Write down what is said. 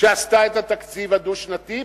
שעשתה את התקציב הדו-שנתי,